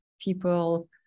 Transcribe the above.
People